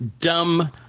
dumb